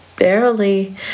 barely